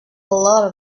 load